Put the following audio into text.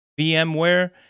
VMware